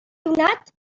donat